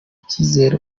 icyizere